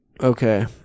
okay